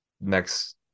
next